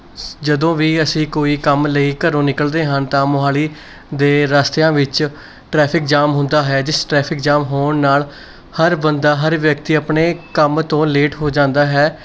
ਜਦੋਂ ਵੀ ਅਸੀਂ ਕੋਈ ਕੰਮ ਲਈ ਘਰੋਂ ਨਿਕਲਦੇ ਹਨ ਤਾਂ ਮੋਹਾਲੀ ਦੇ ਰਸਤਿਆਂ ਵਿੱਚ ਟ੍ਰੈਫਿਕ ਜਾਮ ਹੁੰਦਾ ਹੈ ਜਿਸ ਟ੍ਰੈਫਿਕ ਜਾਮ ਹੋਣ ਨਾਲ ਹਰ ਬੰਦਾ ਹਰ ਵਿਅਕਤੀ ਆਪਣੇ ਕੰਮ ਤੋਂ ਲੇਟ ਹੋ ਜਾਂਦਾ ਹੈ